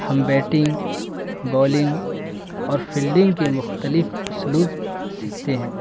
ہم batting bowling اور fielding کے مختلف اسلوب سیکھتے ہیں